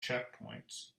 checkpoints